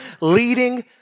leading